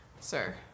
sir